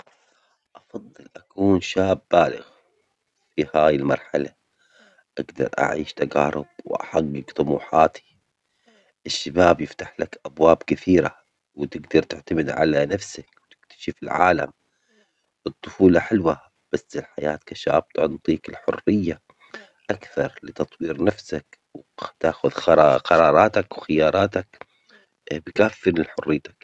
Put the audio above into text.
هل تفضل قضاء حياتك كلها طفلًا أم قضائها كلها شابًا بالغًا؟ ولماذا؟